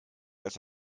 als